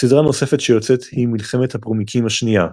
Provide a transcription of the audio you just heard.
סדרה נוספת שיוצאת היא "מלחמת הפורמיקים השנייה".